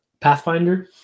pathfinder